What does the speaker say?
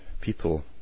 people